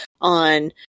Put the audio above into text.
on